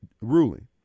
Ruling